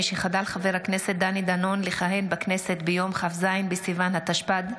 משחדל חבר הכנסת דני דנון לכהן בכנסת ביום כ"ז בסיוון התשפ"ד,